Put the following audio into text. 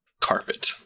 carpet